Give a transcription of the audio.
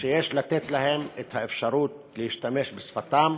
שיש לתת להם את האפשרות להשתמש בשפתם,